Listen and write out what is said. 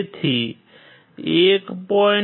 તેથી 1